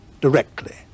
directly